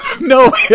No